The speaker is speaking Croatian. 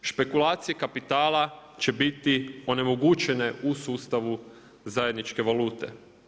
Špekulaciji kapitala će biti onemogućene u sustavu zajedničke valute.